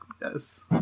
Yes